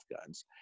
guns